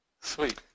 Sweet